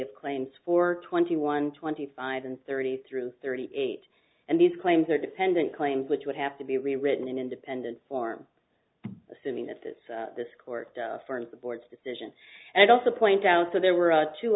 of claims for twenty one twenty five and thirty through thirty eight and these claims are dependent claims which would have to be rewritten in independent form assuming that this this court affirmed the board's decision and also point out that there were